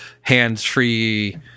hands-free